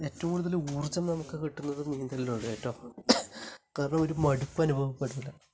ഏറ്റവും കൂടുതല് ഊർജം നമുക്ക് കിട്ടുന്നത് നീന്തലിലൂടെയാണ് കേട്ടോ കാരണം ഒരു മടുപ്പ് അനുഭവപ്പെടുന്നില്ല